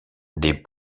des